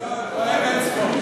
אין-ספור.